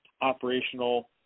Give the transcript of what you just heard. operational